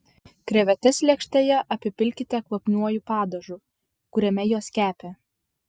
krevetes lėkštėje apipilkite kvapniuoju padažu kuriame jos kepė